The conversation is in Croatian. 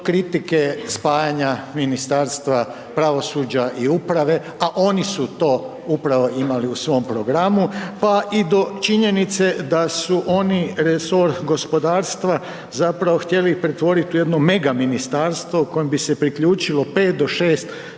kritike spajanja Ministarstva pravosuđa i uprave, a oni su to upravo imali u svom programu pa i do činjenice da su oni resor gospodarstva zapravo htjeli pretvoriti u jedno mega ministarstvo kojem bi se priključilo 5 do 6